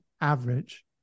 average